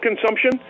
consumption